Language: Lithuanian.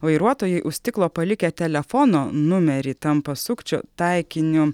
vairuotojai už stiklo palikę telefono numerį tampa sukčių taikiniu